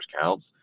counts